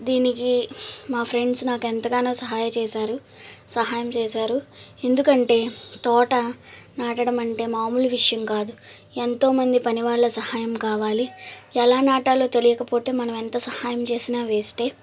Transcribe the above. దీనికి మా ఫ్రెండ్స్ నాకు ఎంతగానో సహాయ చేశారు సహాయం చేశారు ఎందుకంటే తోట నాటడం అంటే మామూలు విషయం కాదు ఎంతోమంది పని వాళ్ళ సహాయం కావాలి ఎలా నాటాలో తెలియకపోతే మనం ఎంత సహాయం చేసినా వేస్టే